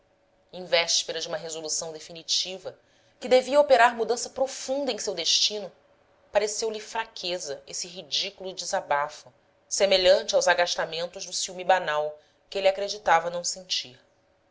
em véspera de uma resolução definitiva que devia operar mudança profunda em seu destino pareceu-lhe fraqueza esse ridículo desabafo semelhante aos agastamentos do ciúme banal que ele acreditava não sentir